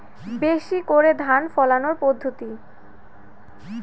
বেশি করে ধান ফলানোর পদ্ধতি?